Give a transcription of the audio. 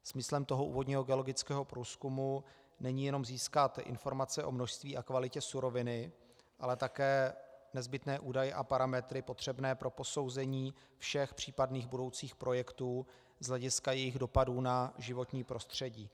Smyslem toho úvodního geologického průzkumu není jenom získat informace o množství a kvalitě suroviny, ale také nezbytné údaje a parametry potřebné pro posouzení všech případných budoucích projektů z hlediska jejich dopadů na životní prostředí.